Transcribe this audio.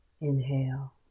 Inhale